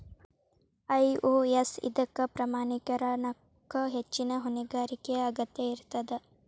IOS ಇದಕ್ಕ ಪ್ರಮಾಣೇಕರಣಕ್ಕ ಹೆಚ್ಚಿನ್ ಹೊಣೆಗಾರಿಕೆಯ ಅಗತ್ಯ ಇರ್ತದ